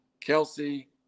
Kelsey